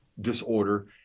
disorder